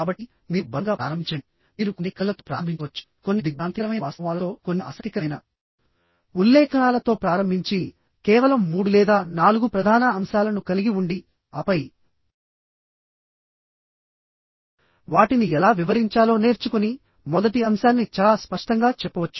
కాబట్టి మీరు బలంగా ప్రారంభించండి మీరు కొన్ని కథలతో ప్రారంభించవచ్చు కొన్ని దిగ్భ్రాంతికరమైన వాస్తవాలతోకొన్ని ఆసక్తికరమైన ఉల్లేఖనాలతో ప్రారంభించి కేవలం మూడు లేదా నాలుగు ప్రధాన అంశాలను కలిగి ఉండి ఆపై వాటిని ఎలా వివరించాలో నేర్చుకునిమొదటి అంశాన్ని చాలా స్పష్టంగా చెప్పవచ్చు